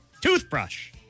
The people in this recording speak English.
Toothbrush